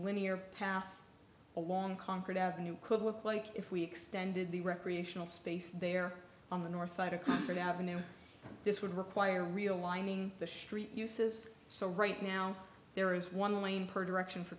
linear path along concord avenue could look like if we extended the recreational space there on the north side of comfort avenue this would require a real lining the street uses so right now there is one lane per direction for